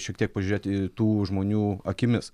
šiek tiek pažiūrėti tų žmonių akimis